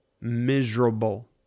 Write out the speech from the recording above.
miserable